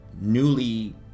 newly